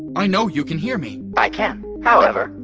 i know you can hear me! i can. however,